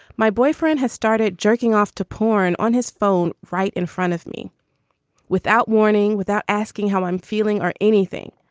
my boyfriend has started jerking off to porn on his phone right in front of me without warning without asking how i'm feeling or anything.